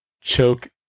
choke